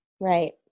Right